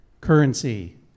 Currency